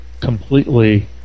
completely